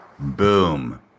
Boom